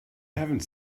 haven’t